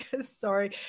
sorry